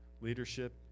leadership